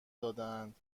دادهاند